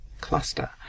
cluster